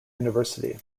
university